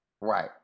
right